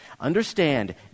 Understand